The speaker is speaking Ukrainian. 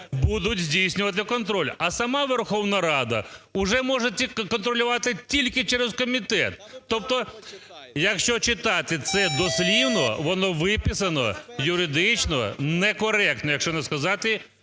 будуть здійснювати контроль, а сама Верховна Рада вже може контролювати тільки через комітет. Тобто, якщо читати це дослівно, воно виписано юридично некоректно, якщо не сказати